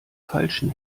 falschen